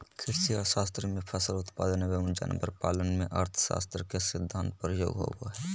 कृषि अर्थशास्त्र में फसल उत्पादन एवं जानवर पालन में अर्थशास्त्र के सिद्धान्त प्रयोग होबो हइ